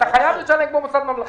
אתה חייב לשלם כמו מוסד ממלכתי,